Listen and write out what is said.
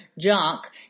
junk